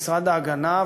למשרד ההגנה,